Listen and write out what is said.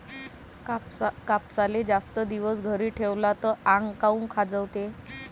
कापसाले जास्त दिवस घरी ठेवला त आंग काऊन खाजवते?